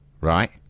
right